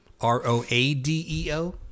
R-O-A-D-E-O